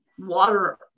water